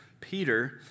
Peter